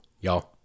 Y'all